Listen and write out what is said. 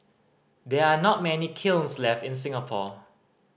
there are not many kilns left in Singapore